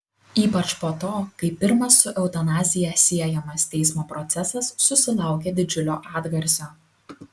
ypač po to kai pirmas su eutanazija siejamas teismo procesas susilaukė didžiulio atgarsio